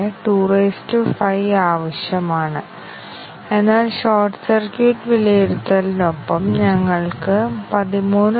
അതിനാൽ എനിക്ക് ശരിക്കും ഒരു സ്ലൈഡ് ഇല്ല ഉദാഹരണം സ്ലൈഡിൽ എഴുതിയിട്ടില്ല പക്ഷേ പ്രസ്താവന കവറേജ് ബ്രാഞ്ച് കവറേജ് നൽകാത്ത ഒരു ഉദാഹരണം നൽകാൻ നിങ്ങളോട് ആവശ്യപ്പെടുന്നു